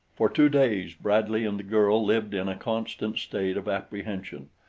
for two days bradley and the girl lived in a constant state of apprehension,